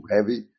heavy